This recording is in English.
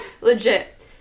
legit